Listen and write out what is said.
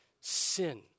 sin